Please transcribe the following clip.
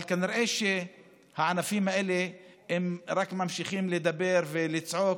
אבל כנראה שהענפים האלה רק ממשיכים לדבר ולצעוק.